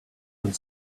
and